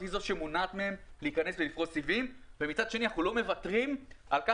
זאת שמונעת מהן להיכנס לפריסת סיבים ומצד שני אנחנו לא מוותרים על כך